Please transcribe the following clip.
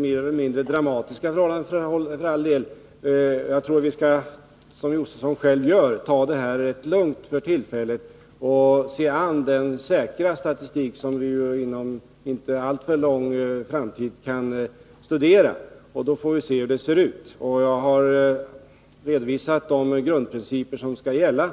mer eller mindre dramatiska förhållanden, och vi har hört sådana skildras här, men jag tror att vi för tillfället — som Stig Josefson själv gör— skall ta det rätt lugnt och avvakta den säkra statistik som vi inom en inte alltför avlägsen framtid kan studera. Då får vi se hur förhållandena är. Jag har redovisat de grundprinciper som skall gälla.